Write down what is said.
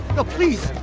no, please.